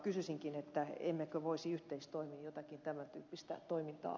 kysyisinkin emmekö voisi yhteistoimin jotakin tämän tyyppistä toimintaa